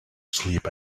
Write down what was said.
sleep